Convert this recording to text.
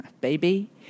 baby